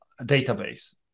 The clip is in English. database